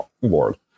world